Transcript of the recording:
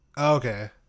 Okay